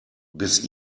bis